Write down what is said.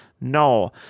no